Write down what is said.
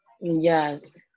Yes